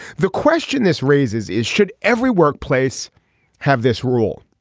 the question this raises is should every workplace have this rule.